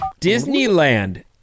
Disneyland